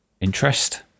interest